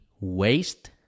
waste